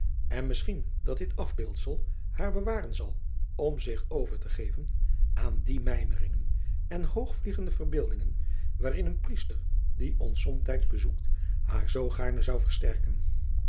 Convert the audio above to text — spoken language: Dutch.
en misschien dat dit afbeeldfel haar bewaren zal om zich over te geven aan die mijmeringen en hoogvliegende verbeeldingen waarin een priester die ons somtijds bezoekt haar zoo gaarne zou versterken